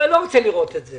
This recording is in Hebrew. לא רוצה לראות את זה.